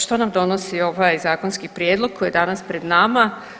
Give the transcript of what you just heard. Što nam donosi ovaj zakonski prijedlog koji je danas pred nama?